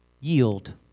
yield